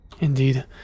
Indeed